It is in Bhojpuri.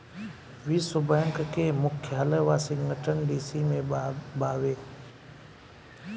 विश्व बैंक के मुख्यालय वॉशिंगटन डी.सी में बावे